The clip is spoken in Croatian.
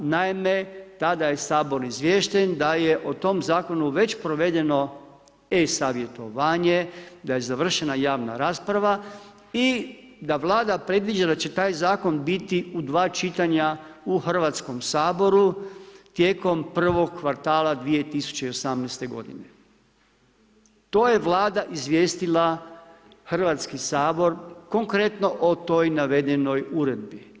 Naime, tada je Sabor izviješten da je o tom zakonu već provedeno e-savjetovanje, da je završena javna rasprava i da Vlada predviđa da će taj zakon biti u 2 čitanja u Hrvatskom saboru tijekom prvog kvartala 2018. g. To je Vlada izvijestila Hrvatski sabor konkretno o toj navedenoj uredbi.